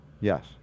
Yes